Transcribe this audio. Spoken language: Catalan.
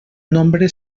nombre